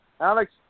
Alex